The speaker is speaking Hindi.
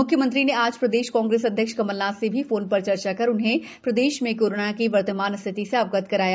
म्ख्यमंत्री ने आज प्रदेश कांग्रेस अध्यक्ष कमलनाथ से भी फोन पर चर्चा कर उन्हें प्रदेश में कोरोना की वर्तमान स्थिति से अवगत कराया